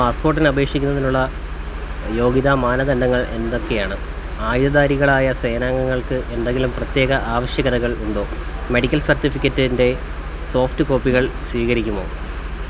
പാസ്പോട്ടിന് അപേക്ഷിക്കുന്നതിനുള്ള യോഗ്യതാ മാനദണ്ഡങ്ങൾ എന്തൊക്കെയാണ് ആയുധ ധാരികളായ സേനാംഗങ്ങൾക്ക് എന്തെങ്കിലും പ്രത്യേക ആവശ്യകതകൾ ഉണ്ടോ മെഡിക്കൽ സർട്ടിഫിക്കറ്റ്ൻ്റെ സോഫ്റ്റ് കോപ്പികൾ സ്വീകരിക്കുമോ